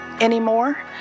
anymore